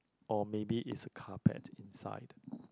or maybe is a carpet inside